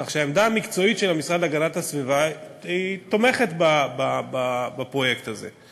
כך שהעמדה המקצועית של המשרד להגנת הסביבה תומכת בפרויקט הזה.